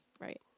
Right